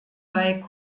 bei